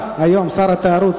היום שר התיירות,